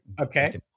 Okay